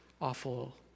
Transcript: awful